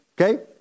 Okay